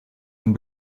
een